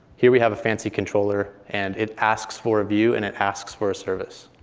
here we have a fancy controller, and it asks for a view, and it asks for a service.